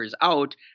out